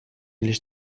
лишь